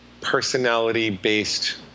personality-based